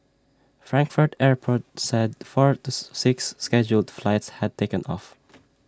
Frankfurt airport said four of six scheduled flights had taken off